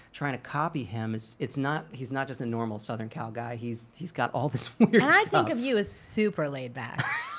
trying to copy him is, it's not he's not just a normal southern cal guy. he's he's got all this weird stuff. i think of you as super laid back.